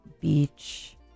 beach